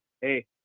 hey